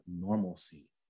normalcy